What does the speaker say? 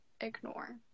ignore